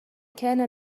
كان